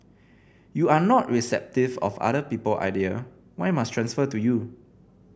you not receptive of other people idea why must transfer to you